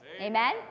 Amen